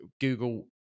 Google